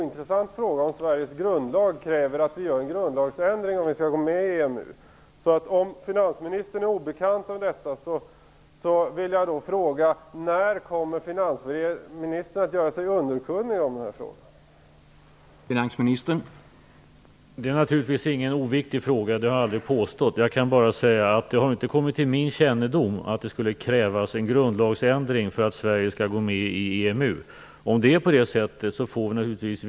Herr talman! Det kan ju inte vara en helt ointressant fråga om Sveriges grundlag kräver en grundlagsändring för att vi skall kunna gå med i EMU. Om finansministern är obekant med detta vill jag fråga: När kommer finansministern att göra sig underkundig om hur det förhåller sig i den frågan?